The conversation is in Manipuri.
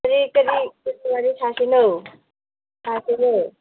ꯀꯔꯤ ꯀꯔꯤ ꯀꯔꯤ ꯋꯥꯔꯤ ꯁꯥꯁꯤꯒꯦ